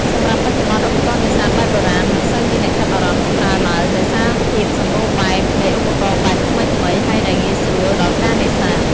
សម្រាប់បច្ចុប្បន្នឧបករណ៍នេសាទបែបបុរាណ មិនសូវមានអ្នកចាប់អារម្មណ៍ប្រើឡើយ ដោយសារភាពសម្បូរបែបនៃឧបករណ៍បែបថ្មីៗ ហើយដែលងាយស្រួលដល់ការនេសាទ។